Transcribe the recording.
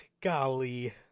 golly